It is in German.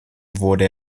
wurde